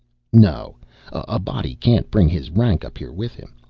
no a body can't bring his rank up here with him.